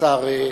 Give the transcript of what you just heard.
השר ארדן.